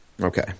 Okay